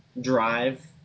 drive